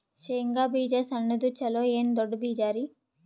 ಶೇಂಗಾ ಬೀಜ ಸಣ್ಣದು ಚಲೋ ಏನ್ ದೊಡ್ಡ ಬೀಜರಿ?